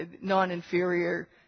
non-inferior